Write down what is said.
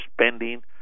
spending